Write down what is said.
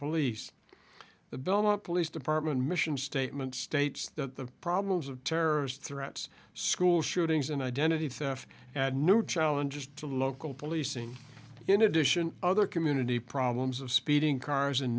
police the belmont police department mission statement states the problems of terrorist threats school shootings and identity theft add new challenges to local policing in addition other community problems of speeding cars in